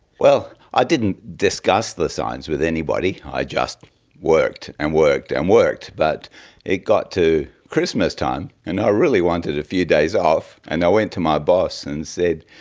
well, i didn't discuss discuss the signs with anybody, i just worked and worked and worked. but it got to christmas time and i really wanted a few days off and i went to my boss and said,